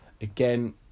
Again